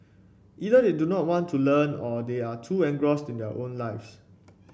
either they do not want to learn or they are too engrossed in their own lives